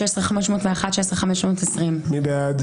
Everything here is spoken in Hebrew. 16,241 עד 16,260. מי בעד?